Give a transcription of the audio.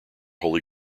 holy